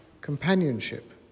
Companionship